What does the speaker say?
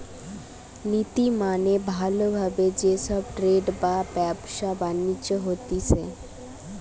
নীতি মেনে ভালো ভাবে যে সব ট্রেড বা ব্যবসা বাণিজ্য চলতিছে